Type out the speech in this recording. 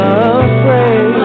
afraid